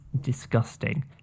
disgusting